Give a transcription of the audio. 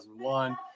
2001